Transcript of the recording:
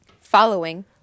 Following